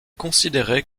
considérait